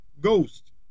Ghost